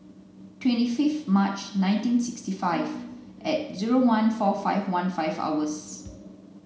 twenty fifth March nineteen sixty five at zero one four five one five hours